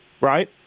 right